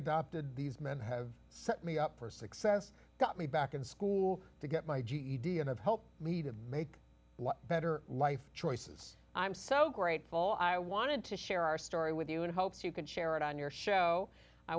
these men have set me up for success got me back in school to get my ged and have helped me to make better life choices i'm so grateful i wanted to share our story with you and hopes you can share it on your show i